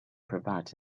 provides